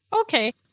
Okay